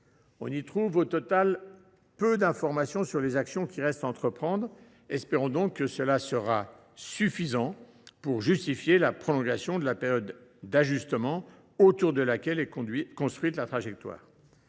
On y trouve au total peu d’informations sur les actions qui restent à entreprendre. Espérons toutefois que l’effort sera suffisant pour justifier une prolongation de la période d’ajustement, autour de laquelle est fixée la trajectoire.